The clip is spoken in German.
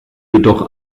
jedoch